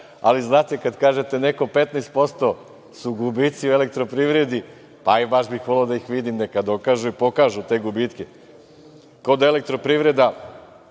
ali kada kaže neko 15% su gubici u elektroprivredi, baš bih voleo da ih vidim, neka dokažu i pokažu te gubitke, kao da elektroprivreda